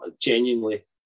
genuinely